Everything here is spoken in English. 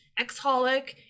Exholic